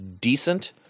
decent